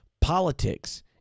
politics